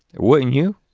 wouldn't you?